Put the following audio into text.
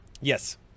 Yes